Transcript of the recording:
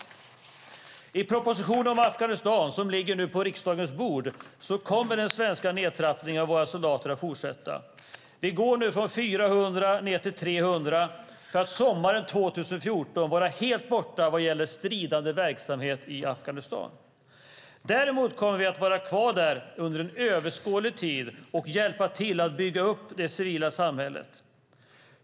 Enligt propositionen om Afghanistan, som nu ligger på riksdagens bord, kommer den svenska nedtrappningen av våra soldater att fortsätta. Vi går nu från 400 ned till 300 för att sommaren 2014 vara helt borta vad gäller stridande verksamhet i Afghanistan. Däremot kommer vi att vara kvar där under överskådlig tid och hjälpa till att bygga upp det civila samhället.